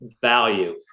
Value